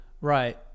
Right